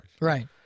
Right